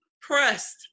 pressed